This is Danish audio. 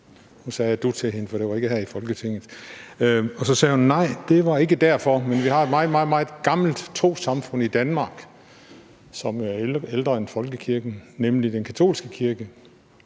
jeg sagde »du« til hende, for det var jo ikke her i Folketinget. Og så sagde hun: Nej, det var ikke derfor, men vi har et meget, meget gammelt trossamfund i Danmark, som er ældre end folkekirken, nemlig den katolske kirke,